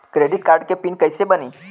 Credit card के PIN कैसे बनी?